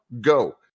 Go